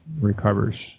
recovers